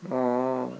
orh